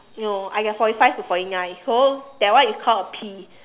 no I get forty five to forty nine so that one is called a P